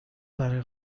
برا